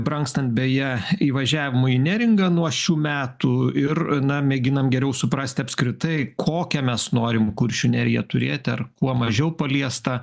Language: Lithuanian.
brangstant beje įvažiavimo į neringą nuo šių metų ir na mėginam geriau suprasti apskritai kokią mes norim kuršių neriją turėti ar kuo mažiau paliestą